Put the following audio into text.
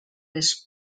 les